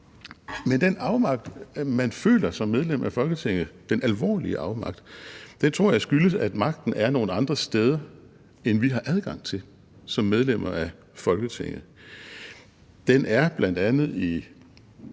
Men den afmagt, man føler som medlem af Folketinget, altså den alvorlige afmagt, tror jeg skyldes, at magten er nogle andre steder, end vi har adgang til som medlemmer af Folketinget. Den er bl.a. i